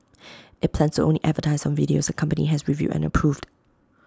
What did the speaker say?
IT plans to only advertise on videos the company has reviewed and approved